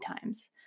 times